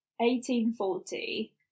1840